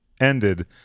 ended